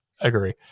agree